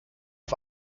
auf